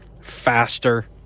faster